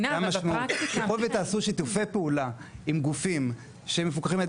ככל ותעשו שיתופי פעולה עם גופים שמפוקחים על